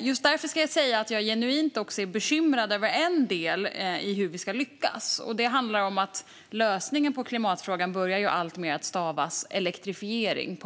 Just därför ska jag säga att jag är genuint bekymrad över vissa delar i hur vi ska lyckas. Det handlar om att lösningen på klimatfrågan på många områden stavas elektrifiering.